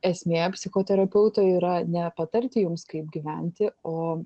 esmė psichoterapeuto yra ne patarti jums kaip gyventi o